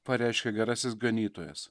pareiškė gerasis ganytojas